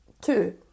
Two